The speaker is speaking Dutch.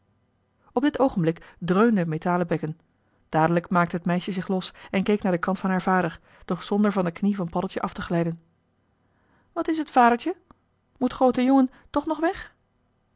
op dit oogenblik dreunde het metalen bekken dadelijk maakte het meisje zich los en keek naar den kant van haar vader doch zonder van de knie van paddeltje af te glijden wat is het vadertje moet groote jongen toch nog weg